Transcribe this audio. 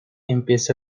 empieza